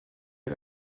est